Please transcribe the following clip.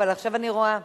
אבל עכשיו אני רואה,